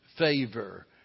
Favor